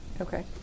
Okay